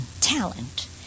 talent